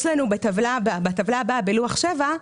יש לנו בטבלה הבאה בלוח שבע,